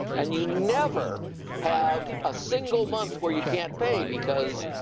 and you never have a single month where you can't pay because,